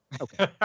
Okay